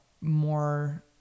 more